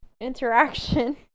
interaction